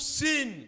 sin